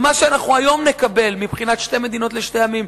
ומה שאנחנו היום נקבל מבחינת שתי מדינות לשני עמים